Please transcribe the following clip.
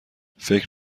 فکر